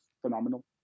phenomenal